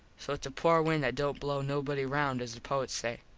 so its a poor wind that dont blow nobody round as the poets say.